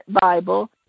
Bible